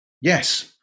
Yes